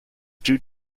due